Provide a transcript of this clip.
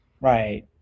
Right